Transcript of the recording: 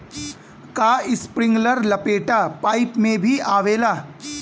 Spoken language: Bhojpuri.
का इस्प्रिंकलर लपेटा पाइप में भी आवेला?